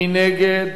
מי נגד?